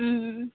ᱦᱢ